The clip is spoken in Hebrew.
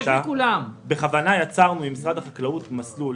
בכוונה יצרנו עם משרד החקלאות מסלול,